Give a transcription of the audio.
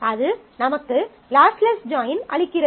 அது நமக்கு lossless join அளிக்கிறது